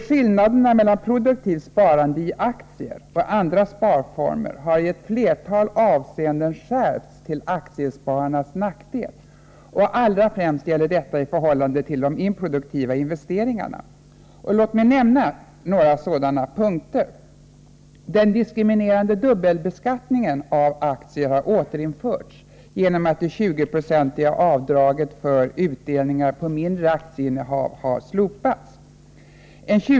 Skillnaderna mellan produktivt sparande i aktier och andra sparformer har i ett flertal avseenden skärpts till aktiesparandets nackdel. Allra främst gäller detta i förhållande till de improduktiva investeringarna. Låt mig nämna några sådana punkter. Den diskriminerande dubbelbeskattningen av aktier har återinförts genom att det 30-procentiga avdraget för utdelningar på mindre aktieinnehav slopats.